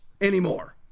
anymore